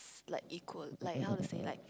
like equal like how to say like